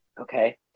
Okay